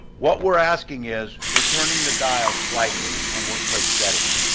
what we're asking is we're turning the dial slightly on workplace settings.